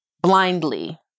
blindly